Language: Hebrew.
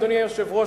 אדוני היושב-ראש,